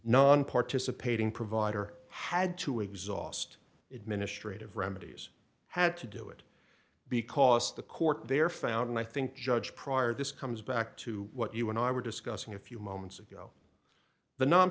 nonparticipating provider had to exhaust administrative remedies had to do it because the court there found i think judge pryor this comes back to what you and i were discussing a few moments ago the non